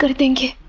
think.